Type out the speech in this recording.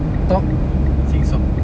talk sing song